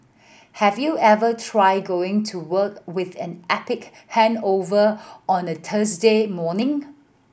have you ever tried going to work with an epic hangover on a Thursday morning